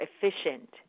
efficient